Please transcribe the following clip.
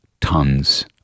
tons